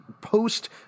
post